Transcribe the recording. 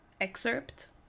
excerpt